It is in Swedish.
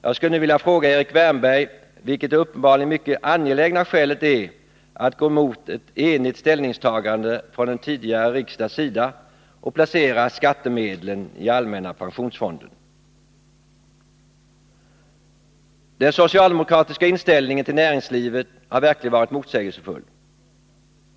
Jag skulle nu vilja fråga Erik Wärnberg vilket det uppenbarligen mycket angelägna skälet är att gå emot ett enigt ställningstagande från en tidigare riksdags sida och placera skattemedlen i allmänna pensionsfonden. Den socialdemokratiska inställningen till näringslivet har verkligen varit motsägelsefull.